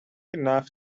enough